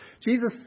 Jesus